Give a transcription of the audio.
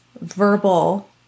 verbal